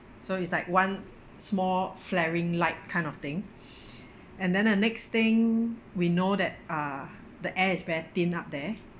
so it's like one small flaring light kind of thing and then the next thing we know that ah the air is very thin up there